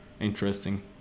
interesting